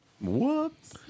Whoops